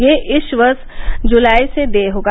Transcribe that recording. यह इस वर्ष जुलाई से देय होगा